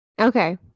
Okay